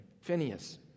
Phineas